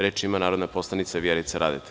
Reč ima narodna poslanica Vjerica Radeta.